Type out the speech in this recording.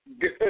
Good